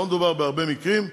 לא מדובר בהרבה מקרים,